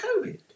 COVID